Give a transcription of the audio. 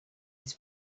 his